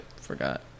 forgot